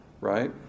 right